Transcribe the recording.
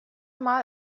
mal